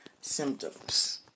symptoms